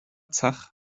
zach